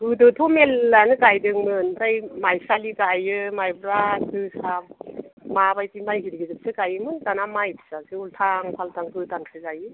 गोदोथ' मेल्लायानो गायदोंमोन ओमफ्राय माइसालि गायो माइब्रा जोसा माबायदि माइ गिदिर गिदिरसो गायोमोन दाना माइ फिसासो उल्थां फाल्थां गोदानसो गायो